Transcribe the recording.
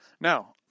Now